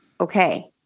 okay